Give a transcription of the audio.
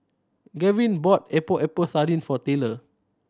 Gaven bought Epok Epok Sardin for Taylor